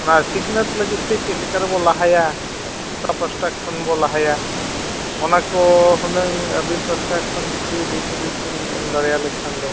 ᱚᱱᱟ ᱥᱤᱠᱷᱱᱟᱹᱛ ᱞᱟᱹᱜᱤᱫᱛᱮ ᱪᱮᱫᱠᱟ ᱞᱮᱠᱟ ᱨᱮᱵᱚᱱ ᱞᱟᱦᱟᱭᱟ ᱚᱠᱟ ᱯᱟᱥᱦᱴᱟ ᱠᱷᱚᱱ ᱵᱚᱱ ᱞᱟᱦᱟᱭᱟ ᱚᱱᱟ ᱠᱚ ᱦᱩᱱᱟᱹᱝ ᱟᱹᱵᱤᱱ ᱯᱟᱥᱦᱴᱟ ᱠᱷᱚᱱ ᱡᱩᱫᱤ ᱦᱩᱫᱤᱥ ᱵᱤᱱ ᱞᱟᱹᱭ ᱟᱞᱮ ᱠᱷᱟᱱ ᱫᱚ